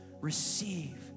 receive